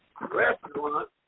restaurant